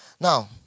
Now